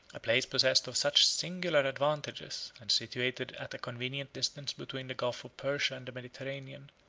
a place possessed of such singular advantages, and situated at a convenient distance between the gulf of persia and the mediterranean,